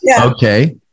Okay